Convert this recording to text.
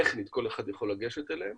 טכנית כל אחד יכול לגשת אליהם